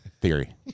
theory